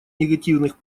негативных